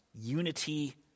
Unity